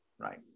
right